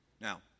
Now